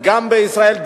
גם בישראל.